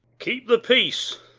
keep the peace.